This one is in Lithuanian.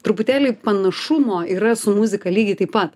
truputėlį panašumo yra su muzika lygiai taip pat